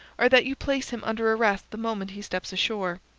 are that you place him under arrest the moment he steps ashore.